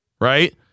right